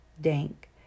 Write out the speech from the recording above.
Dank